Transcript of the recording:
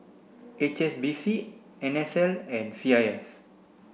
H S B C N S L and C I S